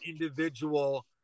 individual